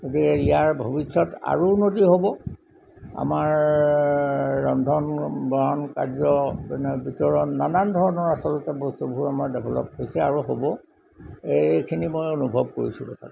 গতিকে ইয়াৰ ভৱিষ্যত আৰু উন্নতি হ'ব আমাৰ ৰন্ধন বহন কাৰ্য ভিতৰত নানান ধৰণৰ আচলতে বস্তুবোৰ আমাৰ ডেভেলপ হৈছে আৰু হ'ব এইখিনি মই অনুভৱ কৰিছোঁ কথাটো